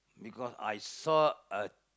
because I saw a